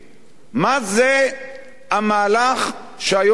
מה זה המהלך שהיום ראינו?